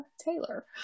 taylor